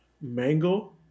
mango